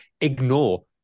ignore